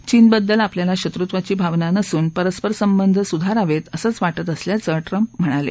चीनबद्दल आपल्याला शत्रुत्वाची भावना नसून परस्पर संबंध सुधारावेत असंच वाजि असल्याचं ट्रंप म्हणाले